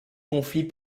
conflits